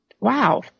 wow